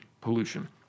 pollution